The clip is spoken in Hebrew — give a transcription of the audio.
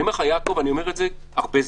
אני אומר את זה הרבה זמן,